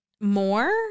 more